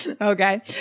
Okay